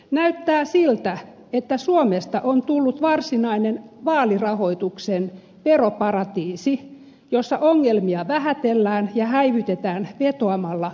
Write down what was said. näyttää siltä että suomesta on tullut varsinainen vaalirahoituksen veroparatiisi jossa ongelmia vähätellään ja häivytetään vetoamalla maan tapaan